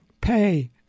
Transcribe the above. pay